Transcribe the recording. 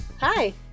Hi